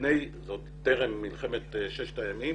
זה עוד טרם מלחמת ששת הימים